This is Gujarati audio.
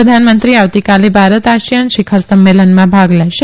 પ્રધાનમંત્રી આવતીકાલે ભારત આસિયાન શિખર સંમેલનમાં ભાગ લેશે